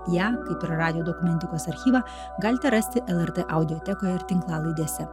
ją kaip ir radijo dokumentikos archyvą galite rasti lrt audiotekoje ir tinklalaidėse